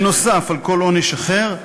נוסף על כל עונש אחר,